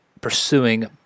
pursuing